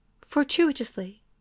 fortuitously